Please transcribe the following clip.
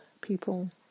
people